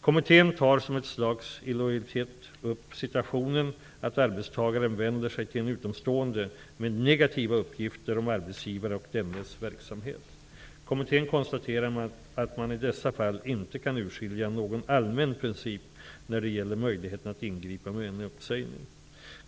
Kommittén tar som ett slags illojalitet upp situationen att arbetstagaren vänder sig till en utomstående med negativa uppgifter om arbetsgivaren och dennes verksamhet. Kommittén konstaterar att man i dessa fall inte kan urskilja någon allmän princip när det gäller möjligheten att ingripa med en uppsägning.